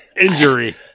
Injury